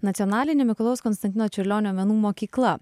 nacionalinė mikalojaus konstantino čiurlionio menų mokykla